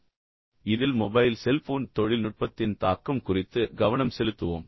இப்போது இதில் mobile cellphone தொழில்நுட்பத்தின் தாக்கம் குறித்து கவனம் செலுத்துவோம்